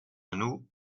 nous